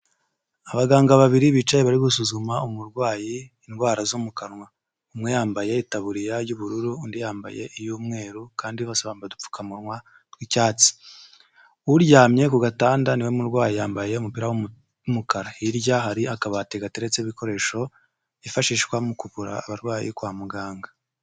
Abaganga babiri bicaye bari gusuzuma umurwayi indwara zo mu kanwa, umwe yambaye itaburiya y'ubururu, undi yambaye iy'umweru kandi basaba udupfukamunwa tw'icyatsi uryamye ku gatanda niwe murwayi yambaye umupira w'umukara hirya hari akabati gateretse ibikoresho byifashishwa mu kuvura abarwayi kwa muganga.